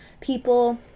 people